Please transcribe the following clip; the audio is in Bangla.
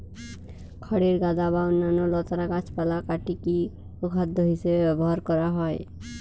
খড়ের গাদা বা অন্যান্য লতানা গাছপালা কাটিকি গোখাদ্য হিসেবে ব্যবহার করা হয়